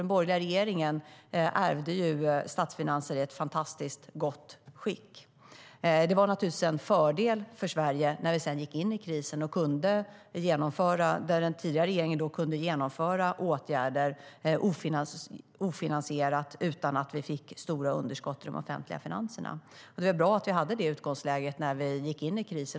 Den borgerliga regeringen ärvde statsfinanser i ett fantastiskt gott skick. Det var naturligtvis en fördel för Sverige när vi gick in i krisen. Den tidigare regeringen kunde då genomföra ofinansierade åtgärder utan att vi fick stora underskott i de offentliga finanserna. Det var bra att vi hade det utgångsläget när vi gick in i krisen.